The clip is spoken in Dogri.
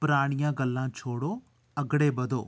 परानियां गल्लां छोड़ो अगड़े बधो